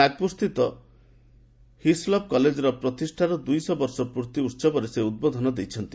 ନାଗପୁରସ୍ଥିତ Hislop କଲେଜର ପ୍ରତିଷ୍ଠାର ଦୁଇଶହ ବର୍ଷ ପୂର୍ତ୍ତି ଉସବରେ ସେ ଉଦ୍ବୋଧନ ଦେଇଛନ୍ତି